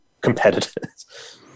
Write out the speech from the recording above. competitors